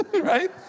right